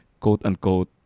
quote-unquote